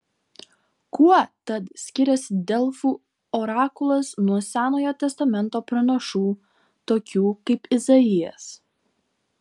kuo tad skiriasi delfų orakulas nuo senojo testamento pranašų tokių kaip izaijas